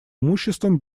имуществом